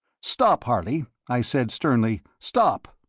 stop, harley! i said, sternly. stop.